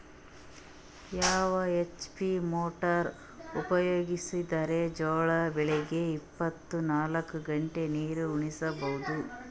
ಯಾವ HP motor ಉಪಯೋಗಿಸಿದರ ಜೋಳ ಬೆಳಿಗ ಇಪ್ಪತ ನಾಲ್ಕು ಗಂಟೆ ನೀರಿ ಉಣಿಸ ಬಹುದು?